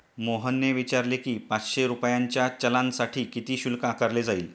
मोहनने विचारले की, पाचशे रुपयांच्या चलानसाठी किती शुल्क आकारले जाईल?